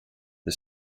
the